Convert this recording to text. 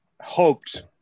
hoped